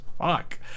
Fuck